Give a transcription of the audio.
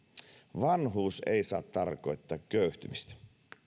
vanhuus ei saa tarkoittaa köyhtymistä